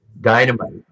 Dynamite